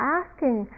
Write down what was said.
asking